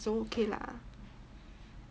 so okay lah